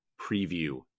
preview